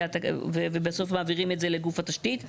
ובסוף מעבירים את זה לגוף התשתית,